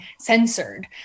Censored